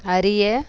அறிய